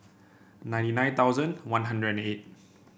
ninety nine thousand One Hundred and eight